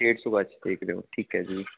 ਡੇਢ ਸੌ ਗੱਜ ਦੇਖ ਰਹੇ ਹੋ ਠੀਕ ਹੈ ਜੀ